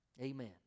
Amen